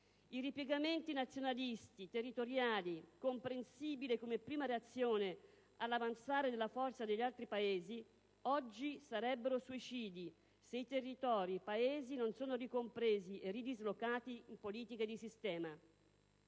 I ripiegamenti nazionalisti, territoriali, comprensibili come prima reazione all'avanzare della forza degli altri Paesi, oggi sarebbero suicidi se i territori e i Paesi non sono ricompresi e ridislocati in politiche di sistema.